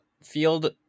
field